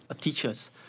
teachers